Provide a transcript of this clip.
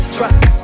Trust